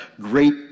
great